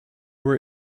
were